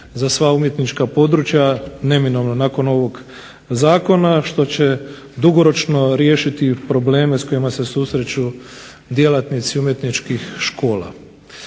za sva umjetnička područja neminovno nakon ovog Zakona što će dugoročno riješiti probleme s kojima se susreću djelatnici umjetničkih škola.